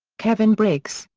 kevin briggs,